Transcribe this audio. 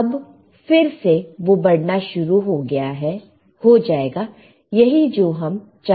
अब फिर से वो बढ़ना शुरू हो जाएगा यही जो हम चाहते थे